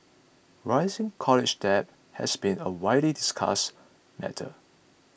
rising college debt has been a widely discussed matter